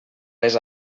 les